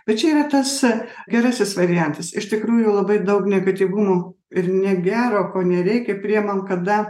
bet čia yra tas gerasis variantas iš tikrųjų labai daug negatyvumo ir negero ko nereikia priimam kada